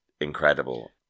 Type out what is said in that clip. incredible